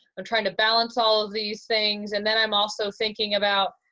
i'm trying to balance all of these things, and then i'm also thinking about,